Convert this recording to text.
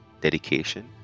dedication